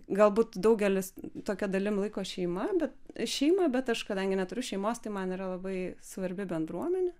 galbūt daugelis tokia dalim laiko šeima bet šeimą bet aš kadangi neturiu šeimos tai man yra labai svarbi bendruomenė